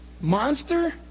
monster